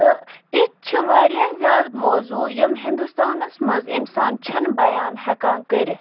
تہٕ یِتھۍ چھ واریاہ زیادٕ موضوٗع یِم ہندوستانَس منٛز اِنسان چھ نہٕ بیان ہیٚکان کٔرِتھ